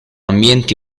ambienti